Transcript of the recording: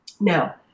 Now